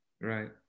Right